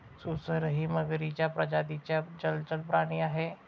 सुसरही मगरीच्या प्रजातीचा जलचर प्राणी आहे